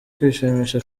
kwishimisha